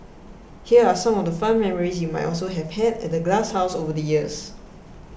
here are some of the fun memories you might also have had at the Glasshouse over the years